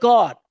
God